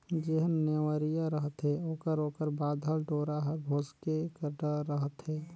जेहर नेवरिया रहथे ओकर ओकर बाधल डोरा हर भोसके कर डर रहथे